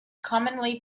commonly